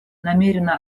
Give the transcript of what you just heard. намерено